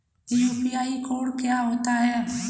UPI code क्या होता है?